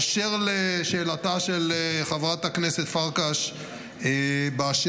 אשר לשאלתה של חברת הכנסת פרקש באשר